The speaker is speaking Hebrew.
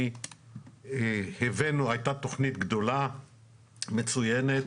הייתה תכנית גדולה מצוינת,